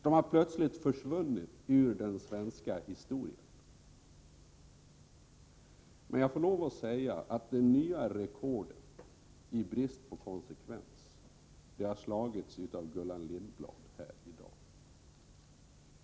De har plötsligt försvunnit ur den svenska historien. Men jag får lov att säga att det nya rekordet i brist på konsekvens har slagits av Gullan Lindblad här i dag.